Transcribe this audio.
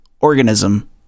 organism